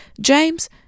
James